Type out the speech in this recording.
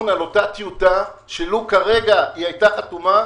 על אותה טיוטה שלו כרגע היתה חתומה,